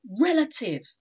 relative